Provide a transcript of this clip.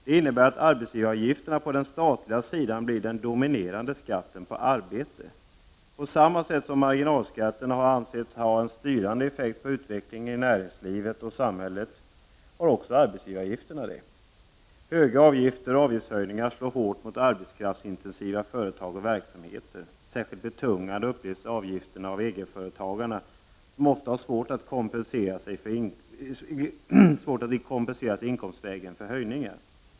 Detta innebär att arbetsgivaravgifterna på den statliga sidan blir den dominerande skatten på arbete. På samma sätt som marginalskatterna har ansetts ha en styrande effekt på utvecklingen i näringslivet och samhället, har också arbetsgivaravgifterna det. Höga avgifter och avgiftshöjningar slår hårt mot arbetskraftsintensiva företag och verksamheter. Särskilt betungande upplevs avgifterna av egenföretagarna, som ofta har svårt att kompensera sig inkomstvägen för höjningar.